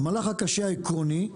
המהלך הקשה העקרוני,